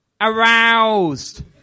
aroused